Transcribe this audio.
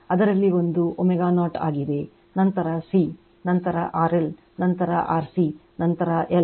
ಅದರಲ್ಲಿ ಒಂದು ω0 ಆಗಿದೆ ನಂತರ C ನಂತರ RL ನಂತರ RC ನಂತರ L